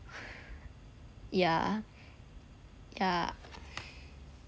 yeah yeah